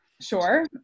Sure